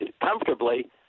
comfortably